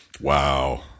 Wow